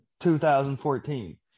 2014